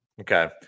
Okay